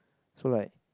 so like